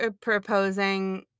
proposing